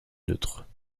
neutre